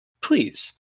please